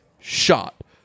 shot